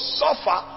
suffer